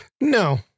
No